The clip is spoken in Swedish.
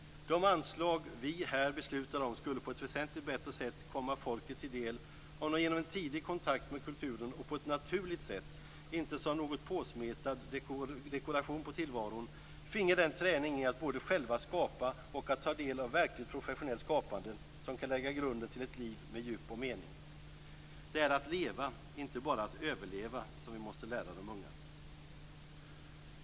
De anslag vi här beslutar om skulle på ett väsentligt bättre sätt komma folket till del om de genom en tidig kontakt med kulturen, på ett naturligt sätt och inte som någon påsmetad dekoration på tillvaron, finge den träning i att både själva skapa och ta del av verkligt professionellt skapande som kan lägga grunden till ett liv med djup och mening. Det är att leva - inte bara att överleva - som vi måste lära de unga.